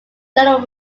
general